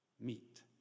meet